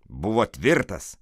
buvo tvirtas